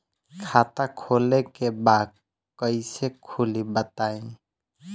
खाता खोले के बा कईसे खुली बताई?